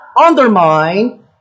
undermine